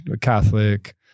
Catholic